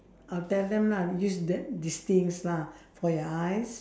I'll tell them lah use that these things lah for your eyes